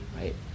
right